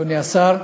אדוני השר,